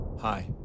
Hi